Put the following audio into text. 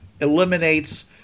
eliminates